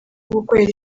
gukorera